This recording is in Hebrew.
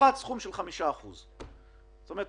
יופחת סכום של 5%. זאת אומרת,